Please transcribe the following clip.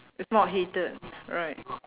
it's not heated right